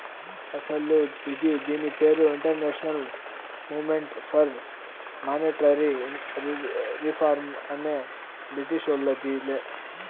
అస్సలు ఇది దీని పేరు international movement for monetary reform అనే బ్రిటీషోల్లదిలే